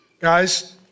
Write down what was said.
Guys